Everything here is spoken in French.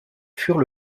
furent